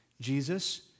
Jesus